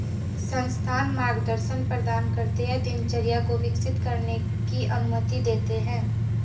संस्थान मार्गदर्शन प्रदान करते है दिनचर्या को विकसित करने की अनुमति देते है